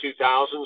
2000s